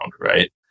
right